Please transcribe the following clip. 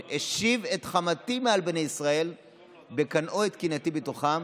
"השיב את חמתי מעל בני ישראל בקנאו את קנאתי בתוכם